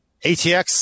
ATX